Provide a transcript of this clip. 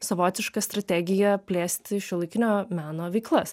savotiška strategija plėsti šiuolaikinio meno veiklas